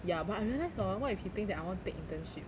ya but I realize hor what if he thinks that I want to take internship